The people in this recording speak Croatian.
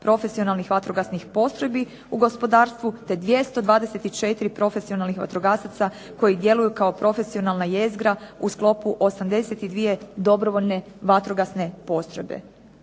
profesionalnih vatrogasnih postrojbi u gospodarstvu, te 224 profesionalnih vatrogasaca koji djeluju kao profesionalna jezgra u sklopu 82 dobrovoljne vatrogasne postrojbe.